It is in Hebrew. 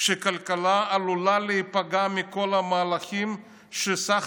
שהכלכלה עלולה להיפגע מכל המהלכים שבסך